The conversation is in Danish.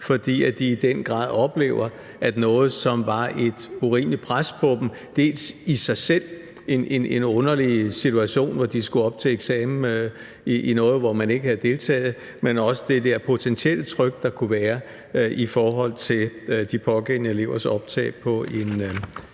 fordi de i den grad oplever, at noget, som var et urimeligt pres på dem, dels fordi det i sig selv er en underlig situation, at de skal op til eksamen i noget, hvor de ikke har deltaget i undervisningen, dels også det der potentielle tryk, der kunne være, i forhold til de pågældende elevers optagelse på en